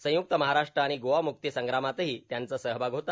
संयुक्त महाराष्ट्र आणि गोवा मुक्ती संग्रामातही त्यांचा सहभाग होता